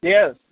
Yes